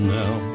now